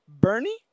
Bernie